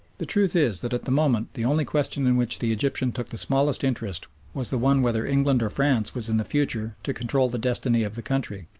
the truth is that at the moment the only question in which the egyptian took the smallest interest was the one whether england or france was in the future to control the destiny of the country.